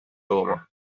roma